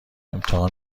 امتحان